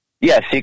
Yes